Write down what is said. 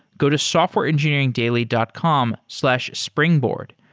go to softwareengineeringdaily dot com slash springboard.